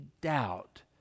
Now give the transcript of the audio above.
doubt